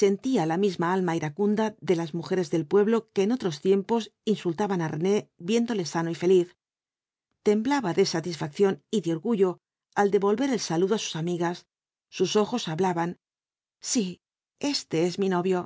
sentía la misma alma iracunda de las mujeres del pueblo que en otros tiempos insultaban á rene viéndole sano y feliz temblaba de satisfacción y de orgullo al devolver el saludo á sus amigas sus ojos hablaban síj éste es mi novio